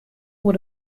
oer